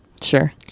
Sure